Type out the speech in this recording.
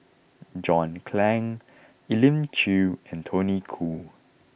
John Clang Elim Chew and Tony Khoo